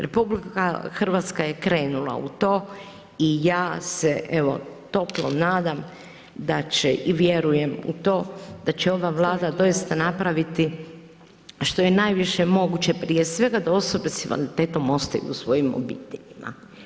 RH je krenula u to i ja se evo toplo nadam da će i vjerujem u to da će ova Vlada doista napraviti što je najviše moguće, prije svega da osobe s invaliditetom ostaju u svojim obiteljima.